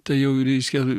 tai jau reiškia